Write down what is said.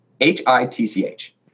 H-I-T-C-H